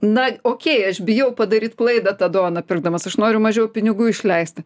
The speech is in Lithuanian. na okei aš bijau padaryt klaidą tą dovaną pirkdamas aš noriu mažiau pinigų išleisti